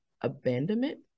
abandonment